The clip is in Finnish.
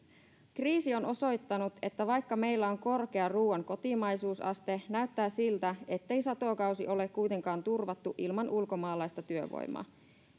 kriisi on osoittanut että vaikka meillä on korkea ruoan kotimaisuusaste näyttää siltä ettei satokausi ole kuitenkaan turvattu ilman ulkomaalaista työvoimaa